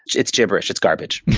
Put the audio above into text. it's gibberish, it's garbage.